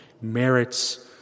merits